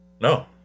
no